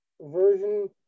version